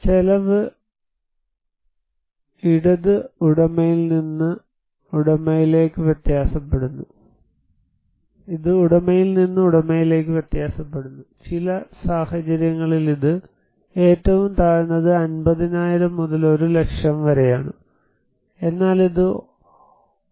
ചെലവ് ഇത് ഉടമയിൽ നിന്ന് ഉടമയിലേക്ക് വ്യത്യാസപ്പെടുന്നു ചില സാഹചര്യങ്ങളിൽ ഇത് ഏറ്റവും താഴ്ന്നത് 50000 മുതൽ 1 ലക്ഷം വരെയാണ് എന്നാൽ ഇത് 1